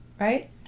right